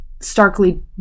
starkly